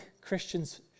Christians